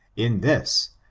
in this,